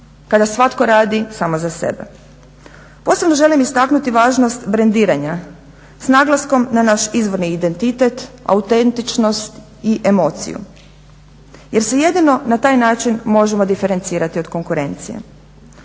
kada svatko radi samo za sebe. Posebno želim istaknuti važnost brendiranja s naglaskom na naš izvorni identitet, autentičnost i emociju jer se jedino na taj način možemo diferencirati od konkurencije.